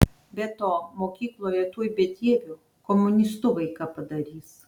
be to mokykloje tuoj bedieviu komunistu vaiką padarys